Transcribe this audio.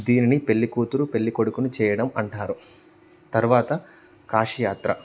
దీనిని పెళ్ళికూతురు పెళ్ళికొడుకుని చేయడం అంటారు తర్వాత కాశీయాత్ర